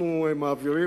אנחנו מעבירים,